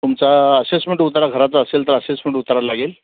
तुमचा असेसमेंट उतारा घराचा असेल तर असेसमेंट उतारा लागेल